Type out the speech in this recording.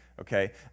okay